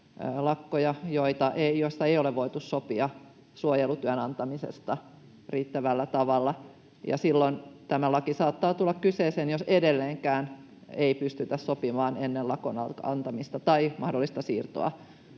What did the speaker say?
lakkoja, joissa ei ole voitu sopia suojelutyön antamisesta riittävällä tavalla. Silloin tämä laki saattaa tulla kyseeseen, jos edelleenkään ei pystytä sopimaan lakon mahdollista siirtoa